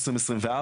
2024,